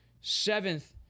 seventh